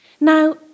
Now